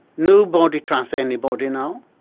nobody trusts anybody now,